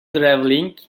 drivelling